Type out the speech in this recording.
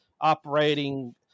operating